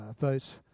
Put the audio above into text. vote